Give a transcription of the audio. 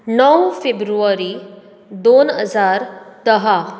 णव फेब्रुवारी दोन हजार दहा